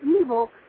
evil